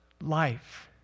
life